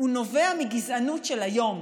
נובע מגזענות של היום,